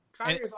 Kanye's